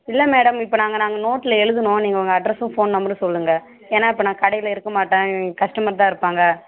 இல்லை மேடம் இப்போ நாங்கள் நாங்கள் நோட்டில் எழுதணும் நீங்க உங்கள் அட்ரஸும் ஃபோன் நம்பரும் சொல்லுங்க ஏன்னால் இப்போ நான் கடையில் இருக்கமாட்டேன் கஸ்டமர் தான் இருப்பாங் க